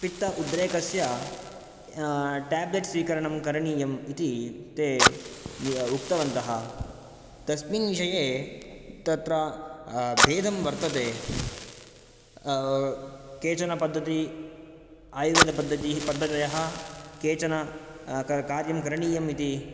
पित्त उद्रेकस्य ट्याब्लेट् स्वीकरणं करणीयम् इति ते उक्तवन्तः तस्मिन् विषये तत्र भेदं वर्तते केचन पद्धति आयुर्वेदपद्धतिः पद्धतयः केचन कार्यं करणीयम् इति